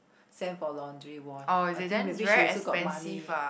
sent for laundry wash I think maybe she also got money